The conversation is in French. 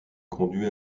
conduits